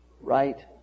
right